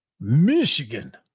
Michigan